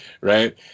right